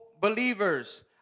Believers